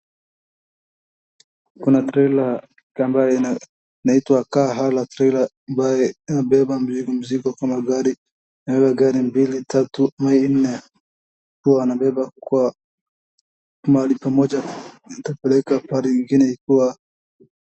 Kuna trela ambaye ianitwa car hire trailer ambaye imebeba mzingo kama vile gari mbili ,tatu na nne. Huwa wanabeba kuwa mahali pamoja wanapeleka pahali kwingine kuwa.